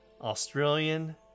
Australian